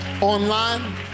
Online